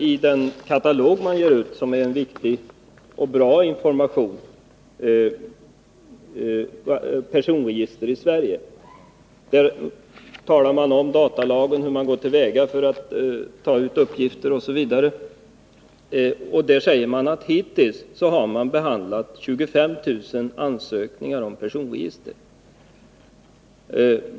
Iden katalog som man ger ut och som innehåller viktig och bra information om personregister i Sverige talas det om datalagen, om hur man går till väga för att ta ut uppgifter, osv. Man säger att hittills har 25 000 ansökningar om personregister behandlats.